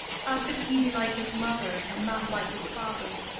how could he be like his mother and not like his father?